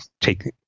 take